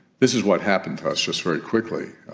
this is what happened to us just very quickly